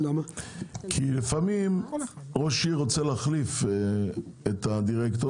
כי לפעמים ראש עיר רוצה להחליף את הדירקטור.